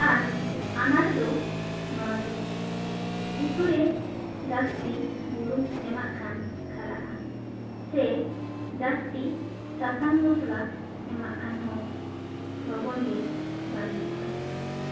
ᱟᱨ ᱟᱱᱟᱸᱴ ᱫᱚ ᱱᱚᱣᱟ ᱜᱮ ᱩᱛᱩ ᱨᱮ ᱡᱟᱹᱥᱛᱤ ᱵᱩᱞᱩᱝ ᱮᱢᱟᱜ ᱠᱷᱟᱱ ᱠᱷᱟᱨᱟᱜᱼᱟ ᱥᱮ ᱡᱟᱹᱥᱛᱤ ᱥᱟᱥᱟᱝ ᱢᱚᱥᱞᱟ ᱮᱢᱟᱜ ᱠᱷᱟᱱ ᱦᱚᱸ ᱞᱚᱜᱚᱱ ᱜᱮ ᱵᱟᱹᱲᱤᱡᱚᱜᱼᱟ